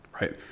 Right